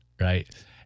right